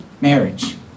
marriage